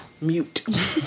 Mute